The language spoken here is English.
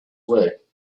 way